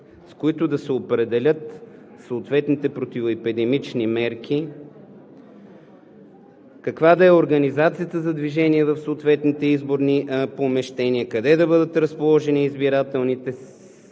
с които да се определят съответните противоепидемични мерки каква да е организацията за движение в съответните изборни помещения, къде да бъдат разположени избирателните секции